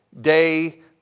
day